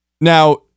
now